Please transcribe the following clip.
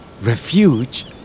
Refuge